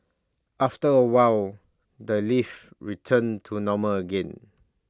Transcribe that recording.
after A while the lift returned to normal again